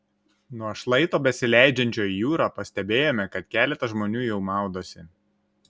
nuo šlaito besileidžiančio į jūrą pastebėjome kad keletas žmonių jau maudosi